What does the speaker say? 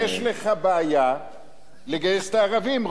יש לך בעיה לגייס את הערבים.